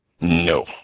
No